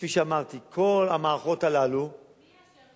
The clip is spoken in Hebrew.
כפי שאמרתי, כל המערכות הללו, מי יאשר את זה?